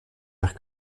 faire